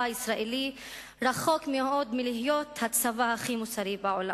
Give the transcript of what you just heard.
הישראלי רחוק מאוד מלהיות הצבא הכי מוסרי בעולם.